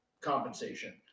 compensation